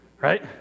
right